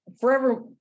forever